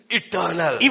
eternal